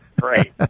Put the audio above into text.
great